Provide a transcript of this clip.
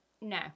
no